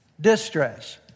distress